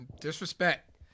Disrespect